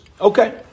Okay